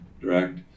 direct